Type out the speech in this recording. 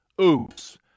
oops